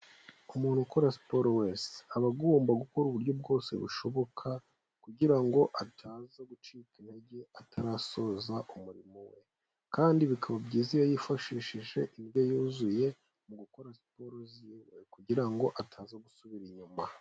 Umuntu ukora siporo wese aba agomba gukora uburyo bwose bushoboka kugira ngo ataza gucika intege atarasoza umurimo we, kandi bikaba byiza iyo yifashishije indyo yuzuye mu gukora siporo ziwe kugira ngo ataza gusubira inyuma.